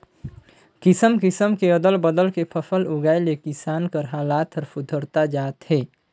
किसम किसम के अदल बदल के फसल उगाए ले किसान कर हालात हर सुधरता जात हे